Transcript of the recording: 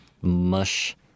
mush